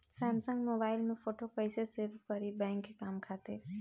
Samsung mobile में photo कैसे save करीं बैंक के काम खातिर?